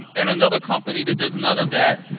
and another company that does none of that,